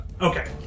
Okay